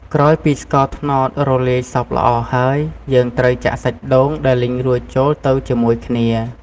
ក្រោយពីស្ករត្នោតរលាយសព្វល្អហើយ យើងត្រូវចាក់សាច់ដូង ដែលលីងរួចចូលទៅជាមួយគ្នា ។